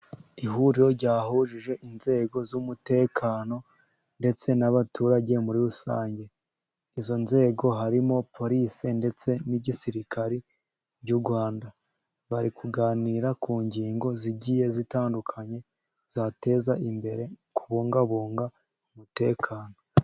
Ihuriro ryahujije inzego z'umutekano ndetse n'abaturage muri rusange, izo nzego harimo polise ndetse n'igisirikare by'u Rwanda, bari kuganira ku ngingo zigiye zitandukanye zateza imbere kubungabunga umutekano.